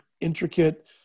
intricate